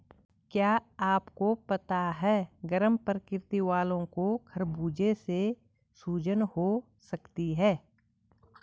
क्या आपको पता है गर्म प्रकृति वालो को खरबूजे से सूजन हो सकती है?